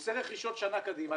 הוא עושה רכישות שנה קדימה,